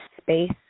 space